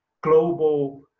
global